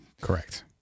Correct